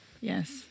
Yes